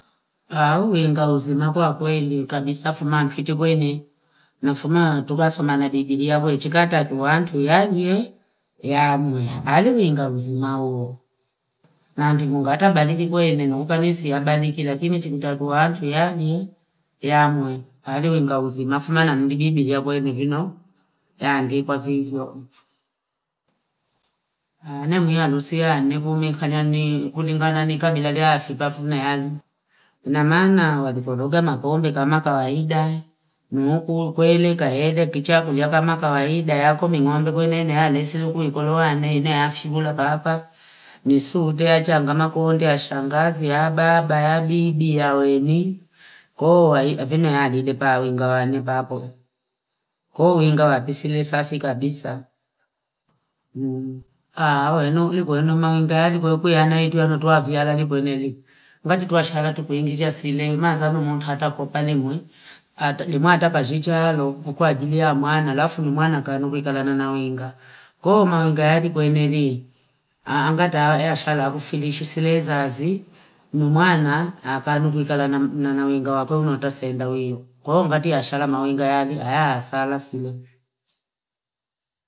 Wawu inga uzima kuwa kwenye kabisa fuma kitu kwenye na fuma tukasoma na biblia kwenye chikata kuwa atu yaje ya mwe hali uinga uzima uo Na ndimu baata baliki kwenye na uka nisi ya baliki lakini chikuta kuwa atu yaje ya mwe hali uinga uzima fuma na muli biblia kwenye mbuno ya ndipo vivyo. Nemuiya nusiane vume kanyanne kulingana ni kibila la fifa fune ane inamaana walikologa na pombe kama kawaida niyakukweeleka kicha kulya kama kawaida yakoming'ombe kwenene ya nese ikoloane nene nafyulua papaa nisuute achanga makonde shangazi ababa a bibi yaweni koo havina haja ilepawinga wanipa apo kowinga apisilisafi kabisa mmm. Awenu ni kwenu mounga ani kweyiku kwani eti watoto toa viarani ni kwenene ngati tuashara tu kuenezea sinema mazanu hata tumpalimi muata kazi chaalo kukwajili ya mwana alafu ni mwana kanulikanana na winga koo maanga ali kwenelii aangata shala kufinishi sile zazii numwana apatukulina nawinga wakwe hata senda wile, kwahiyo hati biashala mawinga yake sala sile.